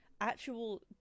actual